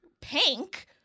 pink